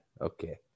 okay